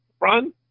run